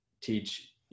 teach